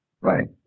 Right